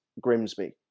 Grimsby